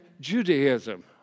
Judaism